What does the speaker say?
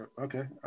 Okay